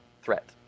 threat